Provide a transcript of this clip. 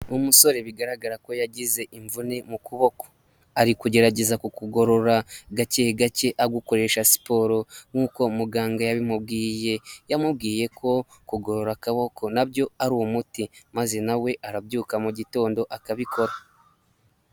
Umusore bigaragara ko yagize imvune mu kuboko, ari kugerageza kukugorora gake gake agukoresha siporo nkuko muganga yabimubwiye. Yamubwiye ko kugorora akaboko na byo ari umuti, maze na we arabyuka mu gitondo akabikora.